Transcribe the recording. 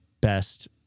best